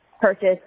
purchase